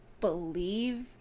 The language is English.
believe